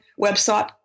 website